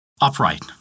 upright